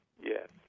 yes